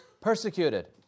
persecuted